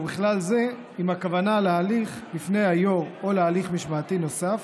ובכלל זה אם הכוונה להליך לפני היו"ר או להליך משמעתי נוסף